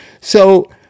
So-